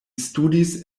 studis